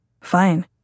fine